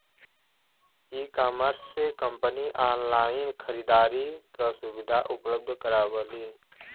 ecommerce से company online खरीदारी क सुविधा उपलब्ध करावलीन